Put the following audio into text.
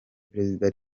perezida